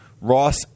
Ross